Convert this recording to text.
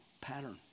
pattern